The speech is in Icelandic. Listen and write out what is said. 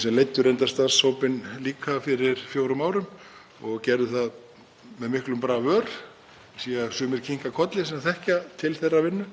sem leiddu reyndar starfshópinn líka fyrir fjórum árum og gerðu það með miklum bravör, ég sé að sumir kinka kolli sem þekkja til þeirrar vinnu.